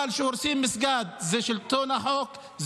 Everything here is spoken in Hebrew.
אבל כשהורסים מסגד, זה שלטון החוק?